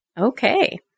Okay